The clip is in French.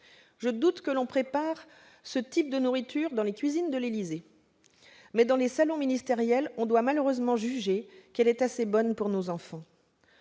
Je doute que l'on prépare ce type de nourriture dans les cuisines de l'Élysée, mais, dans les salons ministériels, on doit malheureusement juger qu'elle est assez bonne pour nos enfants